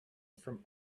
from